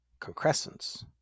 concrescence